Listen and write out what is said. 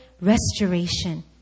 restoration